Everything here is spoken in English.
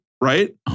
right